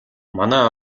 манай